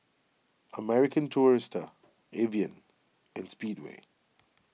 American Tourister Evian and Speedway